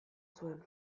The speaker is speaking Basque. zuen